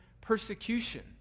persecution